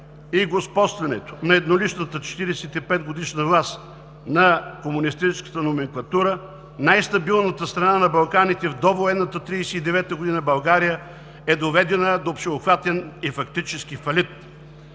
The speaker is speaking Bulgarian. и господстването на едноличната 45-годишна власт на комунистическата номенклатура най-стабилната страна на Балканите в довоенната 1939 г. – България, е доведена до всеобхватен и фактически фалит.